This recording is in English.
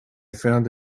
found